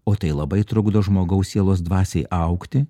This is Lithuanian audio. o tai labai trukdo žmogaus sielos dvasiai augti